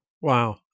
Wow